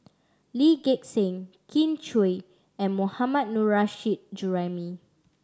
Lee Gek Seng Kin Chui and Mohammad Nurrasyid Juraimi